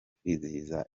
kwizihiza